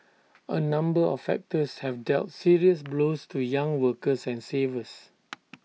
A number of factors have dealt serious blows to young workers and savers